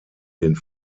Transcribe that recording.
den